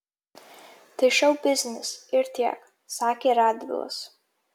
tai šou biznis ir tiek sakė radvilas